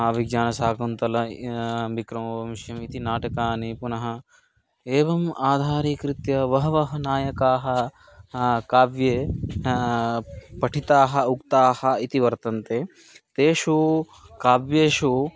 अभिज्ञानशाकुन्तलं विक्रमोर्वशीयमिति नाटकानि पुनः एवम् आधारीकृत्य बहवः नायकाः काव्ये पठिताः उक्ताः इति वर्तन्ते तेषु काव्येषु